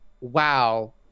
wow